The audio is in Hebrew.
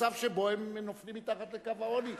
למצב שבו הם נופלים מתחת לקו העוני.